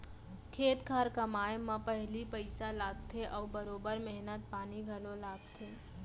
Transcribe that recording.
खेत खार कमाए म पहिली पइसा लागथे अउ बरोबर मेहनत पानी घलौ लागथे